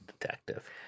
detective